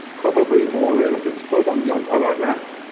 probably more relevant. well done, john, i like that.